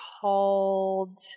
called